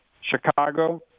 Chicago